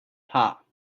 part